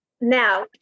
now